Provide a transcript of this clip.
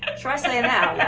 ah tuition and